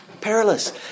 Perilous